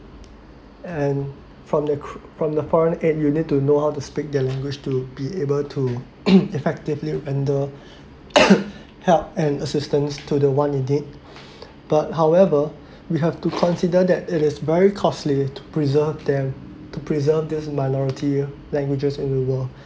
and from the cr~ from the foreign aid you need to know how to speak their language to be able to effectively render help and assistance to the one in need but however we have to consider that it is very costly to preserve them to preserve these minority languages in the world